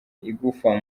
igufa